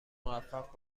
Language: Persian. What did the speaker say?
موفق